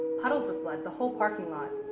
puddles of blood, the whole parking lot.